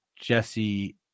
Jesse